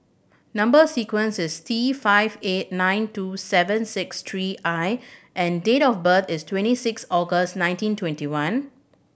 number sequence is T five eight nine two seven six three I and date of birth is twenty six August nineteen twenty one